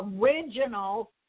original